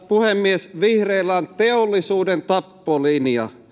puhemies vihreillä on teollisuuden tappolinja